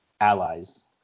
allies